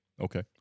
Okay